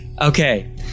Okay